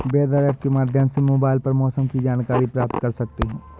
weather app के माध्यम से मोबाइल पर मौसम की जानकारी प्राप्त कर सकते हैं